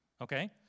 okay